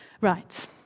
Right